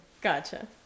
Gotcha